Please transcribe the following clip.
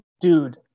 Dude